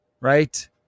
right